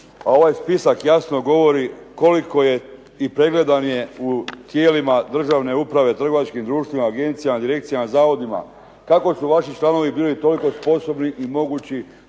a ovaj spisak jasno govori koliko je i pregledan je u tijelima državne uprave, trgovačkim društvima, agencijama, direkcijama, zavodima, tako su vaši članovi bili toliko sposobni i mogući